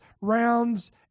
rounds